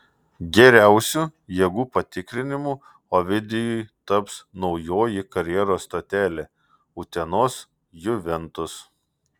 geriausiu jėgų patikrinimu ovidijui taps naujoji karjeros stotelė utenos juventus